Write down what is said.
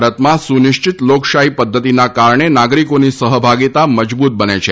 ભારતમાં સુનિચ્છિત લોકશાહી પધ્ધતિના કારણે નાગરિકોની સહભાગીતા મજબૂત બને છે